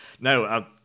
no